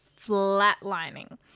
flatlining